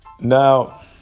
Now